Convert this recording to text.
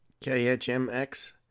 KHMX